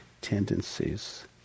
tendencies